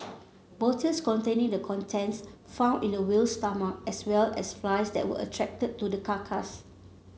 bottles containing the contents found in the whale's stomach as well as flies that were attracted to the carcass